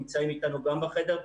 הם נמצאים איתנו בחדר.